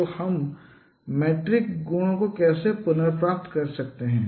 तो हम मीट्रिक गुणों को कैसे पुनर्प्राप्त कर सकते हैं